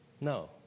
No